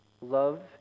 love